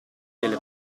delle